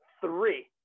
three